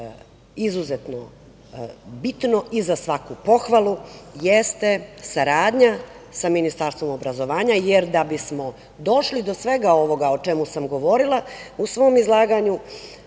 izuzetno bitno i za svaku pohvalu jeste saradnja sa Ministarstvom obrazovanja, jer da bismo došli do svega ovoga o čemu sam govorila u svom izlaganju